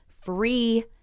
free